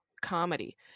comedy